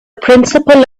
principle